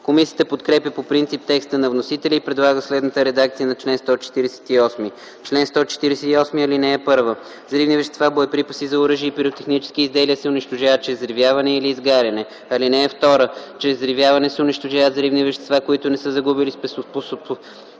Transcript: Комисията подкрепя по принцип текста на вносителя и предлага следната редакция на чл. 148: „Чл. 148. (1) Взривни вещества, боеприпаси за оръжия и пиротехнически изделия се унищожават чрез взривяване или изгаряне. (2) Чрез взривяване се унищожават взривни вещества, които не са загубили способността